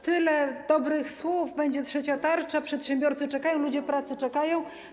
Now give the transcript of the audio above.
Tyle dobrych słów, będzie trzecia tarcza, przedsiębiorcy czekają, ludzie pracy czekają.